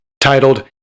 titled